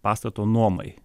pastato nuomai